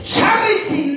Charity